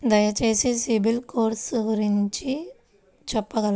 దయచేసి సిబిల్ స్కోర్ గురించి చెప్పగలరా?